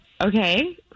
Okay